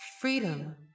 Freedom